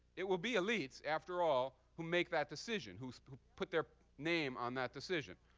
it will be elites, after all, who make that decision, who so who put their name on that decision.